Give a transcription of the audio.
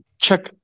check